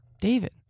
David